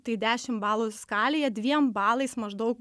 tai dešim balų skalėje dviem balais maždaug